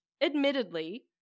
admittedly